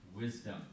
wisdom